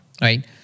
Right